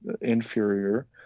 inferior